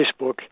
Facebook